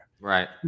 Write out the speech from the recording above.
Right